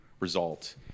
result